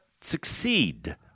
succeed